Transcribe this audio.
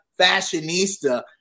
fashionista